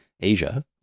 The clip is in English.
Asia